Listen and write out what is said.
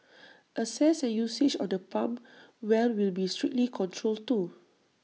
access and usage of the pump well will be strictly controlled too